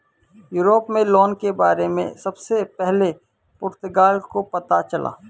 Europe में loan के बारे में सबसे पहले पुर्तगाल को पता चला